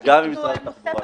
בנושא.